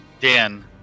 Dan